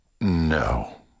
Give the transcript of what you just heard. No